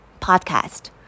podcast